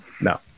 no